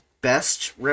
best